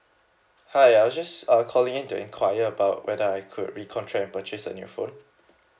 hi I just err calling in to enquire about whether I could re-contract and purchase a new phone